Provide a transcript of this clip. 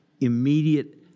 immediate